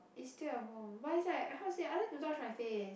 it's still at home but it's like how to say I like to touch my face